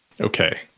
Okay